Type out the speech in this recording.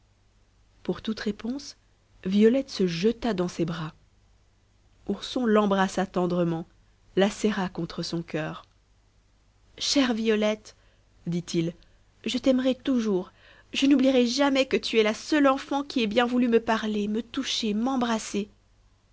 pour toute réponse violette se jeta dans ses bras ourson l'embrassa tendrement la serra contre son coeur chère violette dit-il je t'aimerai toujours je n'oublierai jamais que tu es la seule enfant qui ait bien voulu me parler me toucher m'embrasser